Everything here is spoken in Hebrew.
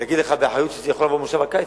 להגיד לך באחריות שזה יכול לבוא בכנס הקיץ,